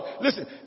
Listen